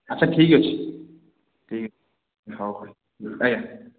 ଆଚ୍ଛା ଠିକ୍ ଅଛି ଠିକ୍ ଅଛି ହଉ ହଉ ଆଜ୍ଞା